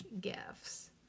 gifts